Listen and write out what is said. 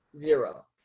zero